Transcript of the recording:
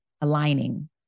aligning